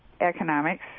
economics